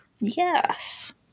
yes